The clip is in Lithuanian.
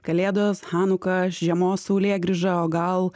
kalėdos hanuka žiemos saulėgrįža o gal